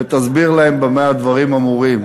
ותסביר להם במה הדברים אמורים.